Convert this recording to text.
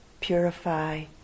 purify